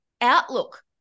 outlook